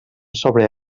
sobre